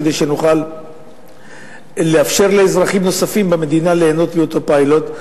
כדי שנוכל לאפשר לאזרחים נוספים במדינה ליהנות מאותו פיילוט.